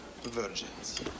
virgins